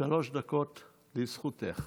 שלוש דקות לזכותך,